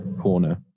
corner